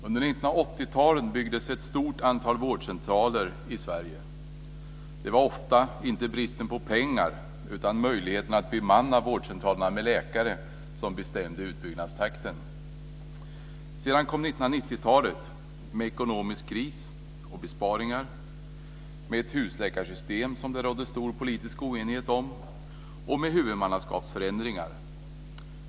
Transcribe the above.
Under 80-talet byggdes ett stort antal vårdcentraler i Sverige. Det var ofta inte bristen på pengar utan möjligheterna att bemanna vårdcentralerna med läkare som bestämde utbyggnadstakten. Sedan kom 90-talet med ekonomisk kris och besparingar, med ett husläkarsystem som det rådde stor politisk oenighet om och med huvudmannaskapsförändringar.